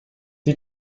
sie